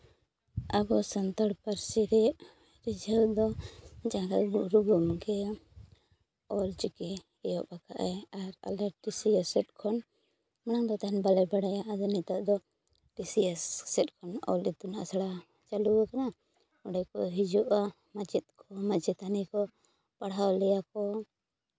ᱟᱵᱚᱣᱟᱜ ᱥᱟᱱᱛᱟᱲ ᱯᱟᱹᱨᱥᱤ ᱨᱮ ᱨᱤᱡᱷᱟᱹᱣ ᱫᱚ ᱡᱟᱦᱟᱸᱭ ᱜᱩᱨᱩ ᱜᱚᱢᱠᱮᱭᱟᱜ ᱚᱞᱪᱤᱠᱤ ᱮᱦᱚᱵ ᱟᱠᱟᱫ ᱟᱭ ᱟᱨ ᱥᱮᱫ ᱠᱷᱚᱱ ᱮᱱᱟᱱᱫᱚ ᱛᱟᱦᱮᱱ ᱵᱟᱞᱮ ᱵᱟᱲᱟᱭᱟ ᱟᱫᱚ ᱱᱤᱛᱚᱜ ᱫᱚ ᱴᱤ ᱥᱤ ᱮᱥ ᱥᱮᱫ ᱠᱷᱚᱱ ᱚᱞ ᱤᱛᱩᱱ ᱟᱥᱲᱟ ᱪᱟᱹᱞᱩ ᱟᱠᱟᱱᱟ ᱚᱸᱰᱮ ᱠᱚ ᱦᱤᱡᱩᱜᱼᱟ ᱢᱟᱪᱮᱫ ᱠᱚ ᱢᱟᱪᱮᱛᱟᱱᱤ ᱠᱚ ᱯᱟᱲᱦᱟᱣ ᱞᱮᱭᱟ ᱠᱚ